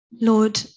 Lord